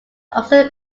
also